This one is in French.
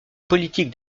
politique